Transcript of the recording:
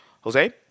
Jose